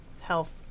health